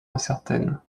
incertaine